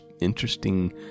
interesting